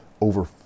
over